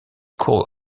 call